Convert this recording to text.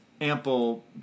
ample